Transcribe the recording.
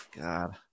God